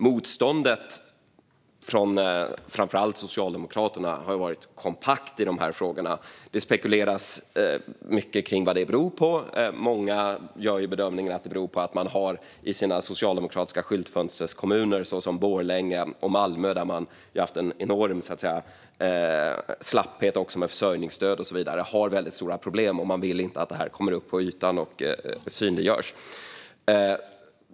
Motståndet från framför allt Socialdemokraterna har varit kompakt i dessa frågor. Det spekuleras mycket om vad det beror på. Många gör bedömningen att det beror på att man har väldigt stora problem i sina socialdemokratiska skyltfönsterskommuner, såsom Borlänge och Malmö, där det har varit en enorm slapphet med försörjningsstöd och så vidare. Man vill inte att detta kommer upp till ytan och synliggörs.